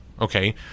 Okay